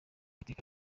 iteka